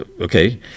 okay